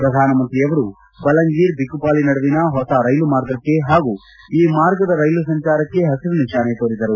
ಪ್ರಧಾನಮಂತ್ರಿಯವರು ಬಲಂಗಿರ್ ಬಿಕುಪಾಲಿ ನಡುವಿನ ಹೊಸ ರೈಲು ಮಾರ್ಗಕ್ಕೆ ಹಾಗೂ ಈ ಮಾರ್ಗದ ರೈಲು ಸಂಚಾರಕ್ಷೆ ಹಸಿರು ನಿಶಾನೆ ತೋರಿದರು